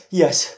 yes